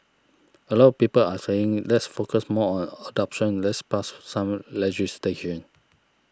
a lot of people are saying let's focus more on adoption let's pass some legislation